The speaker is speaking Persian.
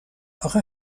آخه